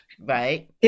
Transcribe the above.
Right